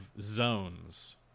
zones